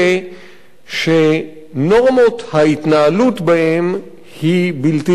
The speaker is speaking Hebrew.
שנורמות ההתנהלות בהם הן בלתי אנושיות.